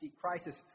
crisis